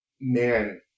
man